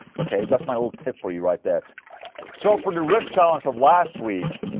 ok, that's my little tip for you right there so, for the rift challenge from last week.